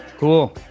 Cool